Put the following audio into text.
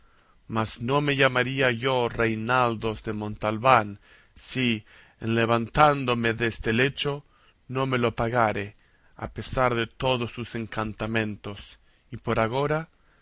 mas no me llamaría yo reinaldos de montalbán si en levantándome deste lecho no me lo pagare a pesar de todos sus encantamentos y por agora